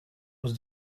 was